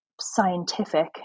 scientific